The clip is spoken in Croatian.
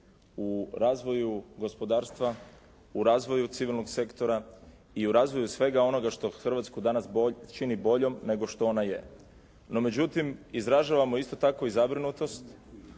u razvoju gospodarstva, u razvoju civilnog sektora i u razvoju svega onoga što Hrvatsku danas čini boljom nego što ona je. No, međutim, izražavamo isto tako i zabrinutost